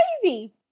crazy